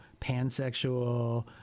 pansexual